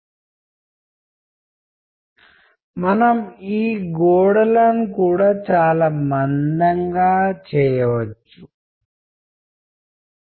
శబ్దం decoding encoding channel feedback గురించి మాట్లాడండి మరియు మనము ఈ సమస్యలలో కొన్నింటిని ఒక క్షణం తరువాత పరిశీలిస్తాము